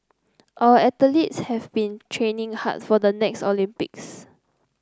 our athletes have been training hard for the next Olympics